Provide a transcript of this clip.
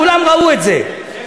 כולם ראו את זה,